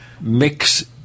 mix